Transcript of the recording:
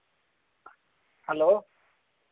hello